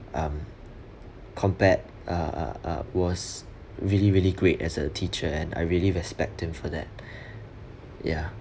um compared uh uh uh was really really great as a teacher and I really respect him for that ya